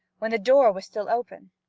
when the door was still open.